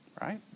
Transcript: Right